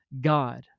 God